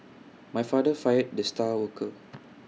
my father fired the star worker